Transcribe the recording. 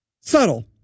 subtle